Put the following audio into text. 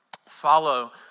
follow